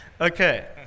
Okay